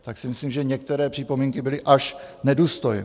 Tak si myslím, že některé připomínky byly až nedůstojné.